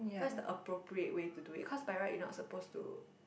what's the appropriate way to do it cause by right you're not supposed to